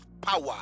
power